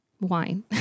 wine